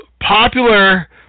popular